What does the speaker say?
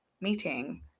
meeting